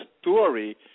story